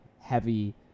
heavy